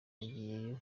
yagiyeyo